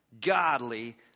godly